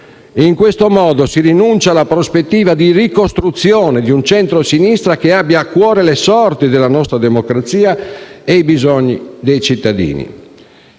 In questo modo si rinuncia alla prospettiva di ricostruzione di un centrosinistra che abbia a cuore le sorti della nostra democrazia e i bisogni dei cittadini.